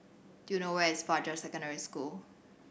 do you know where is Fajar Secondary School